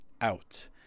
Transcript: out